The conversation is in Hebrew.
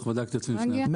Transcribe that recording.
בטוח, בדקתי את עצמי לפני כן.